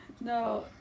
No